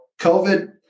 COVID